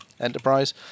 Enterprise